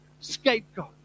scapegoat